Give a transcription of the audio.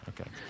okay